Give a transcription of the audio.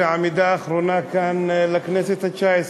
זו עמידה אחרונה כאן בכנסת התשע-עשרה.